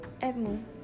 Edmund